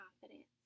confidence